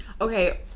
Okay